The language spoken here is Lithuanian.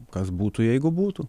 kas būtų jeigu būtų